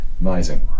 Amazing